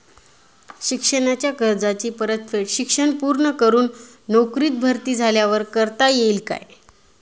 शिक्षणाच्या कर्जाची परतफेड शिक्षण पूर्ण करून नोकरीत भरती झाल्यावर करता येईल काय?